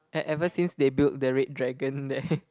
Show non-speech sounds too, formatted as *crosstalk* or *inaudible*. at ever since they build the red dragon there *laughs*